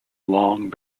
long